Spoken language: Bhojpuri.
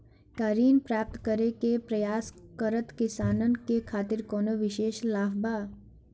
का ऋण प्राप्त करे के प्रयास करत किसानन के खातिर कोनो विशेष लाभ बा